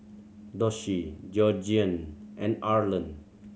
Doshie Georgiann and Arland